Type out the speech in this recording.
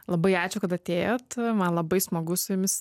labai ačiū kad atėjot man labai smagu su jumis